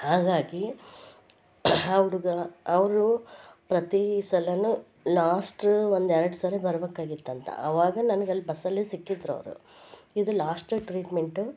ಹಾಗಾಗಿ ಆ ಹುಡುಗ ಅವರು ಪ್ರತೀ ಸಲ ಲಾಸ್ಟ್ ಒಂದು ಎರಡು ಸರಿ ಬರಬೇಕಾಗಿತ್ತಂತೆ ಅವಾಗ ನನ್ಗೆ ಅಲ್ಲಿ ಬಸ್ಸಲ್ಲಿ ಸಿಕ್ಕಿದ್ರು ಅವರು ಇದು ಲಾಶ್ಟ್ ಟ್ರೀಟ್ಮೆಂಟು